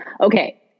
Okay